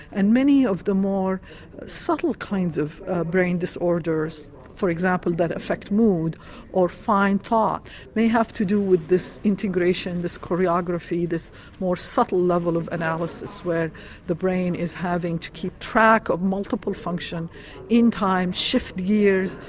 and many of the more subtle kinds of brain disorders for example that affect mood or fine thought may have to do with this integration, this choreography, this more subtle level of analysis where the brain is having to keep track of multiple function in time, shift years,